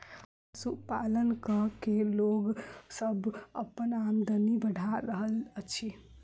पशुपालन क के लोक सभ अपन आमदनी बढ़ा रहल अछि